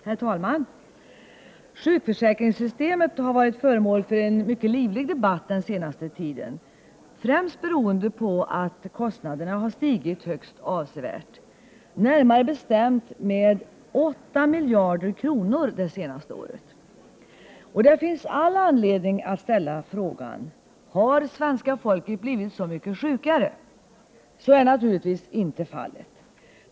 Herr talman! Sjukförsäkringssystemet har varit föremål för en mycket livlig debatt den senaste tiden, främst beroende på att kostnaderna stigit högst avsevärt, närmare bestämt med 8 miljarder kronor det senaste året. Det finns all anledning att ställa frågan: Har svenska folket blivit så mycket sjukare? Så är naturligtvis inte fallet.